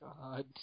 God